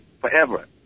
forever